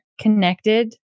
connected